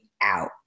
out